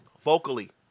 Vocally